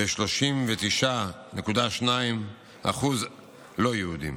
יהודים ו-39.2% לא יהודים.